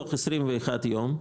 תוך 21 יום,